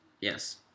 Yes